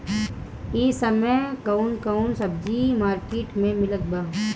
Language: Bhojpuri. इह समय कउन कउन सब्जी मर्केट में मिलत बा?